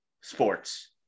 sports